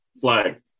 Flag